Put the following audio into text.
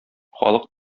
халык